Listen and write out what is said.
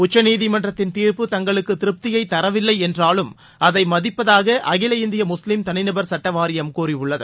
உச்சநீதிமன்றத்தின் தீர்ப்பு தங்களுக்கு திருப்தியை தரவில்லை என்றாலும் அதை மதிப்பதாக அகில இந்திய முஸ்லிம் தனிநபர் சட்டவாரியம் கூறியுள்ளது